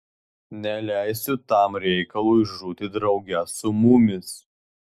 neleisiu tam reikalui žūti drauge su mumis